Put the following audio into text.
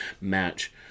match